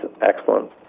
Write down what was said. excellent